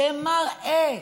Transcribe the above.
שמראה